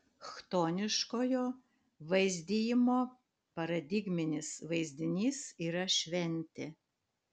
chtoniškojo vaizdijimo paradigminis vaizdinys yra šventė